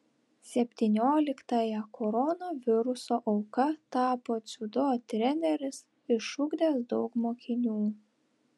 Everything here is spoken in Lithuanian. septynioliktąja koronaviruso auka tapo dziudo treneris išugdęs daug mokinių